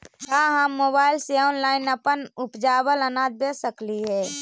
का हम मोबाईल से ऑनलाइन अपन उपजावल अनाज बेच सकली हे?